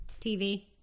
TV